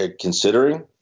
considering